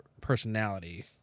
personality